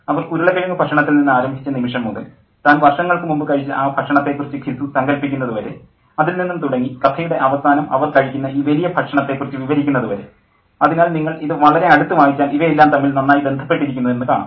അവർ ഉരുളക്കിഴങ്ങു ഭക്ഷണത്തിൽ നിന്ന് ആരംഭിച്ച നിമിഷം മുതൽ താൻ വർഷങ്ങൾക്കുമുമ്പ് കഴിച്ച ആ ഭക്ഷണത്തെക്കുറിച്ച് ഘിസു സങ്കൽപ്പിക്കുന്നത് വരെ അതിൽ നിന്നും തുടങ്ങി കഥയുടെ അവസാനം അവർ കഴിക്കുന്ന ഈ വലിയ ഭക്ഷണത്തെക്കുറിച്ച് വിവരിക്കുന്നതു വരെ അതിനാൽ നിങ്ങൾ ഇത് വളരെ അടുത്ത് വായിച്ചാൽ ഇവയെല്ലാം തമ്മിൽ നന്നായി ബന്ധപ്പെട്ടിരിക്കുന്നു എന്നു കാണാം